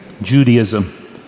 Judaism